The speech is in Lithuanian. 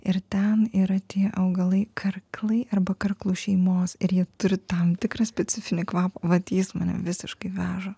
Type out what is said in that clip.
ir ten yra tie augalai karklai arba karklų šeimos ir jie turi tam tikrą specifinį kvapą vat jis mane visiškai veža